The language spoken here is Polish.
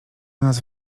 nas